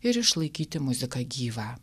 ir išlaikyti muziką gyvą